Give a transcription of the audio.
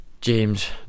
James